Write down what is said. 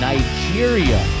Nigeria